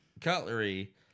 cutlery